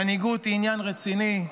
מנהיגות היא עניין רציני.